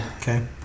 Okay